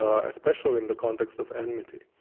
ah especially in the context of enmity,